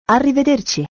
Arrivederci